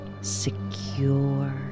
secure